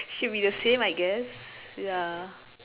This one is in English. should be the same I guess ya